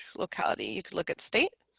locality you could look at state